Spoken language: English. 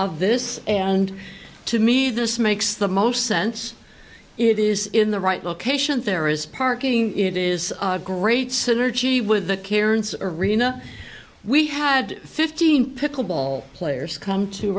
of this and to me this makes the most sense it is in the right locations there is parking it is great synergy with the cairns arena we had fifteen pickle ball players come to